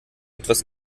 etwas